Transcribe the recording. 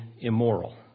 immoral